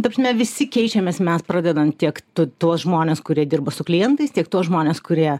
ta prasme visi keičiamės mes pradedant tiek tu tuos žmones kurie dirba su klientais tiek tuos žmones kurie